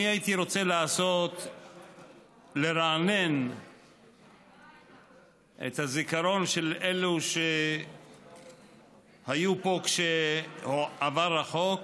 אני הייתי רוצה לרענן את הזיכרון של אלו שהיו פה כשהועבר החוק,